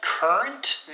Current